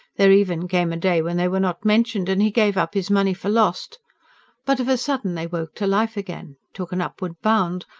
there even came a day when they were not mentioned and he gave up his money for lost but of a sudden they woke to life again, took an upward bound,